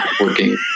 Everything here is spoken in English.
working